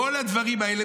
בכל הדברים האלה,